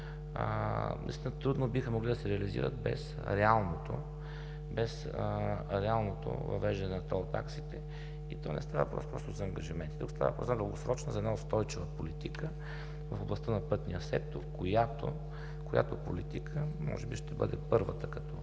трудно биха могли да се реализират без реалното въвеждане на тол таксите и то не става въпрос просто за ангажименти, тук става въпрос за дългосрочна, за устойчива политика в областта на пътния сектор, която политика може би ще бъде първата като